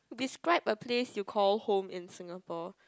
describe a place you call home in Singapore